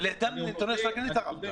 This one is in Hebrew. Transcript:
אבל בדן אינטרנשיונל כן התערבת.